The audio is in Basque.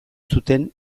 zuten